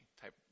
type